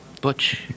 Butch